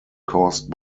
caused